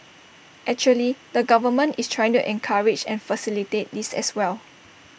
actually the government is trying to encourage and facilitate this as well